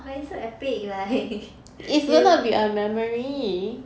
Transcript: but it's so epic like you